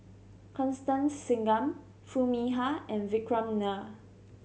Constance Singam Foo Mee Har and Vikram Nair